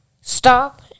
stop